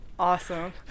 Awesome